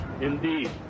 indeed